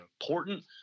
important